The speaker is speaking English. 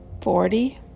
forty